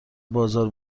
بازار